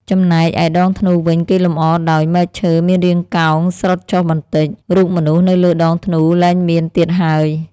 ចំណែកឯដងធ្នូវិញ គេលម្អដោយ មែកឈើមានរាងកោងស្រុតចុះបន្តិច រូបមនុស្សនៅលើដងធ្នូលែងមាន ទៀតហើយ ។